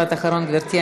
משפט אחרון, גברתי.